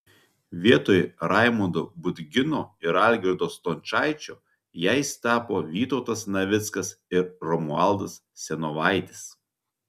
vietoje raimondo budgino ir algirdo stončaičio jais tapo vytautas navickas ir romualdas senovaitis